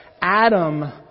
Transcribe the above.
Adam